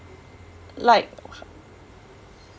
like